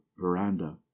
veranda